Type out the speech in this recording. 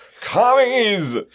Commies